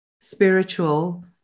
spiritual